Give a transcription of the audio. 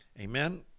Amen